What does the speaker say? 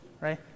right